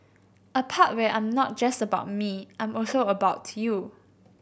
a part where I'm not just about me I'm also about you